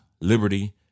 liberty